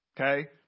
okay